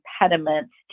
impediments